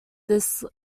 this